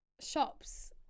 shops